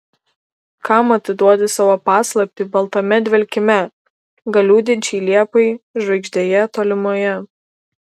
kam atiduodi savo paslaptį baltame dvelkime gal liūdinčiai liepai žvaigždėje tolimoje